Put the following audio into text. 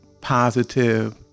positive